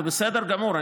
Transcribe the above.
זה בסדר גמור.